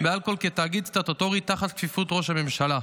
כתאגיד סטטוטורי תחת כפיפות ראש הממשלה.